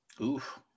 Oof